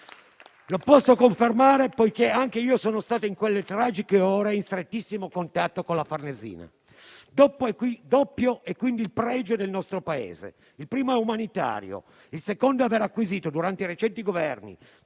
Lo posso confermare poiché anche io sono stato in quelle tragiche ore in strettissimo contatto con la Farnesina. Doppio è quindi il pregio del nostro Paese: il primo è umanitario, il secondo è aver acquisito, durante i recenti Governi